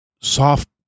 soft